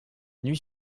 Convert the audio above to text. nuit